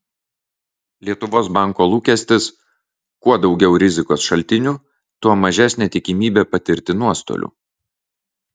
lietuvos banko lūkestis kuo daugiau rizikos šaltinių tuo mažesnė tikimybė patirti nuostolių